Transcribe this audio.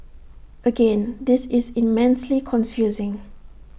again this is immensely confusing